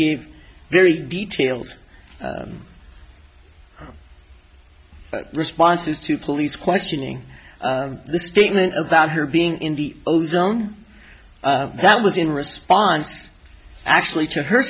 gave very detailed responses to police questioning the statement about her being in the ozone that was in response actually to her